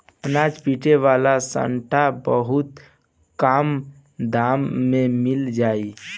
अनाज पीटे वाला सांटा बहुत कम दाम में मिल जाई